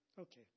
Okay